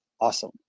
awesome